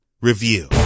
review